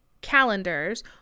calendars